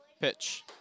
Pitch